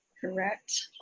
Correct